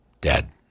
Dead